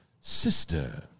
sister